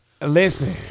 listen